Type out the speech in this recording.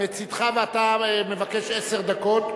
מצדך אתה מבקש עשר דקות.